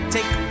Take